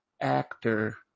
actor